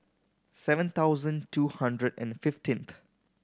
seven thousand two hundred and fifteenth